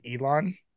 elon